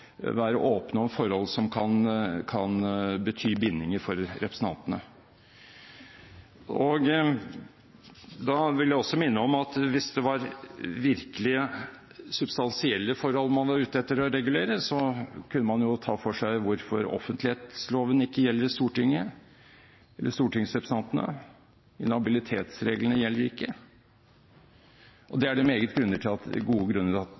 være åpne om forhold som kan bety bindinger for representantene. Da vil jeg også minne om at hvis det var virkelig substansielle forhold man var ute etter å regulere, kunne man jo ta for seg hvorfor offentlighetsloven ikke gjelder for stortingsrepresentantene. Inhabilitetsreglene gjelder ikke, og det er det meget gode grunner til at